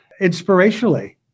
inspirationally